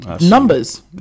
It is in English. numbers